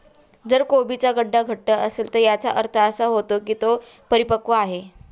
जर कोबीचा गड्डा घट्ट असेल तर याचा अर्थ असा होतो की तो परिपक्व आहे